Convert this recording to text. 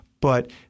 But-